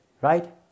Right